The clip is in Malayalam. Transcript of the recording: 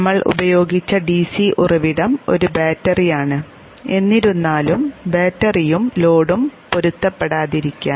നമ്മൾ ഉപയോഗിച്ച ഡിസി ഉറവിടം ഒരു ബാറ്ററിയാണ് എന്നിരുന്നാലും ബാറ്ററിയും ലോഡും പൊരുത്തപ്പെടാതിരിക്കാം